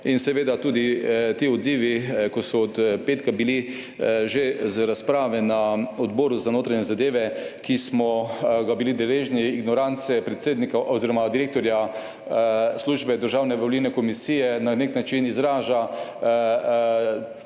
In seveda tudi ti odzivi, ko so od petka bili že iz razprave na Odboru za notranje zadeve, ki smo ga bili deležni, ignorance predsednika oziroma direktorja službe Državne volilne komisije na nek način izraža